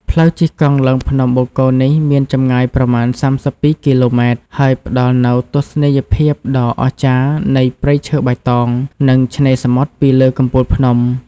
ផ្លូវជិះកង់ឡើងភ្នំបូកគោនេះមានចម្ងាយប្រមាណ ៣២ គីឡូម៉ែត្រ ហើយផ្តល់នូវទស្សនីយភាពដ៏អស្ចារ្យនៃព្រៃឈើបៃតង និងឆ្នេរសមុទ្រពីលើកំពូលភ្នំ។